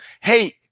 hey